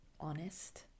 honest